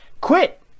quit